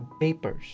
papers